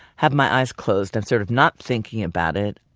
have my eyes closed and sort of not thinking about it.